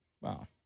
Wow